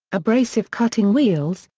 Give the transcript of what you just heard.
abrasive cutting wheels,